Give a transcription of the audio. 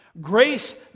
Grace